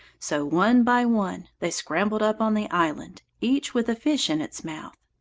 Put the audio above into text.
so one by one they scrambled up on the island, each with a fish in its mouth.